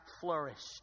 flourished